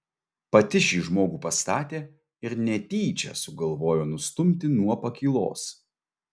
pati šį žmogų pastatė ir netyčia sugalvojo nustumti nuo pakylos